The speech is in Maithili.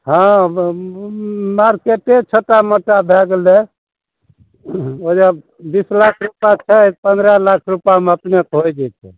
हँ मार्केटे छोटा मोटा भए गेलै ओहिजा बीस लाख रूपा छै पंद्रह लाख रूपामे अपनेके होइ जयतै